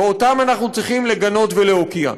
ואותם אנחנו צריכים לגנות ולהוקיע.